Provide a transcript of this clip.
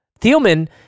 Thielman